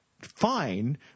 fine